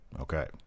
Okay